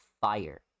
fire